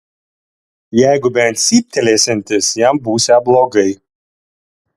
jeigu bent cyptelėsiantis jam būsią blogai